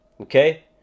okay